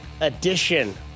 edition